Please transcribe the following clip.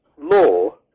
law